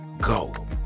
go